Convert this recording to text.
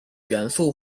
元素